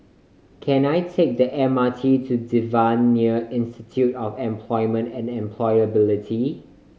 can I take the M R T to Devan Nair Institute of Employment and Employability